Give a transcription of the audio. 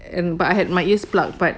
and but I had my ears plugged but